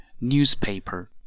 newspaper